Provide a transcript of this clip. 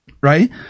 right